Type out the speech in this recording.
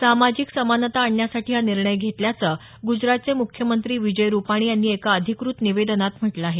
सामाजिक समानता आण्यासाठी हा निर्णय घेतल्याचं गुजरातचे मुख्यमंत्री विजय रुपाणी यांनी एका अधिकृत निवेदनात म्हटलं आहे